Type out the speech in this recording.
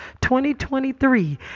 2023